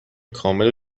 کامل